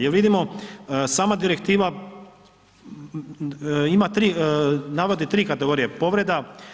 Jel vidimo, sama direktiva ima 3, navodi 3 kategorije povreda.